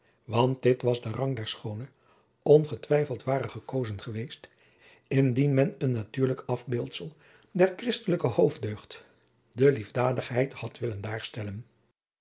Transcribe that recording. want dit was de rang der schoone ongetwijfeld ware gekozen geweest indien men een natuurlijk afbeeldsel der christelijke hoofddeugd de liefdadigheid hadwillen